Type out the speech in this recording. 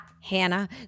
Hannah